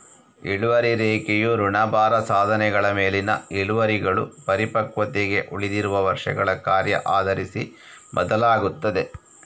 ಇಳುವರಿ ರೇಖೆಯು ಋಣಭಾರ ಸಾಧನಗಳ ಮೇಲಿನ ಇಳುವರಿಗಳು ಪರಿಪಕ್ವತೆಗೆ ಉಳಿದಿರುವ ವರ್ಷಗಳ ಕಾರ್ಯ ಆಧರಿಸಿ ಬದಲಾಗುತ್ತದೆ